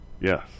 Yes